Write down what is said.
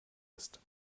ist